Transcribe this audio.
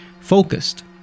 focused